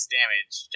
damage